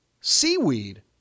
Seaweed